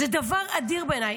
זה דבר אדיר בעיניי.